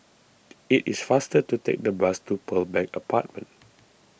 it is faster to take the bus to Pearl Bank Apartment